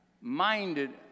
minded